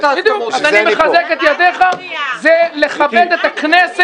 זה לכבד את הכנסת,